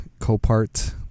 Copart